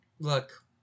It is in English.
look